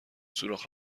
سوراخ